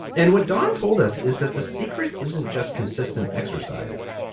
and what don told us is that the secret isn't just consistent exercise.